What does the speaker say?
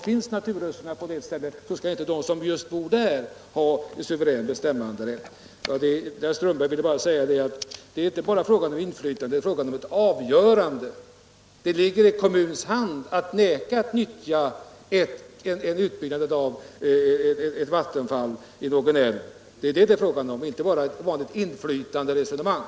Finns naturresurserna på ett ställe, så skall inte de som bor just där ha suverän bestämmanderätt. Till herr Strömberg vill jag säga att det är inte bara fråga om inflytande, utan det är fråga om ett avgörande. Det skall ligga i kommunens hand att vägra gå med på utbyggnad av ett vattenfall i någon älv — det är vad som sägs i reservation 1, så där förs inte bara ett vanligt resonemang om inflytande.